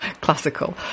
Classical